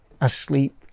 asleep